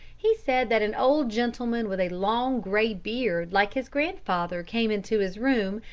he said that an old gentleman with a long grey beard like his grandfather came into his room,